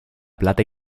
plata